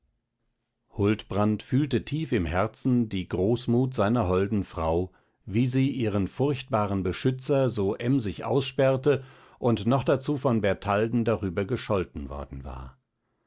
huldbrand fühlte tief im herzen die großmut seiner holden frau wie sie ihren furchtbaren beschützer so emsig aussperrte und noch dazu von bertalden darüber gescholten worden war